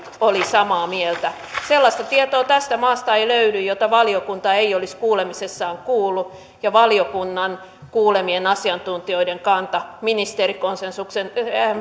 olivat samaa mieltä sellaista tietoa tästä maasta ei löydy jota valiokunta ei olisi kuulemisessaan kuullut ja valiokunnan kuulemien asiantuntijoiden kanta ministeriökonsensuksen